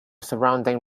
surrounding